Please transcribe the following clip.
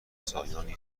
سالیانی